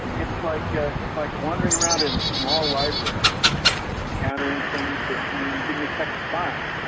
it's like ah like wandering around in a small library and encountering things that you didn't expect to find,